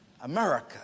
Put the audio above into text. America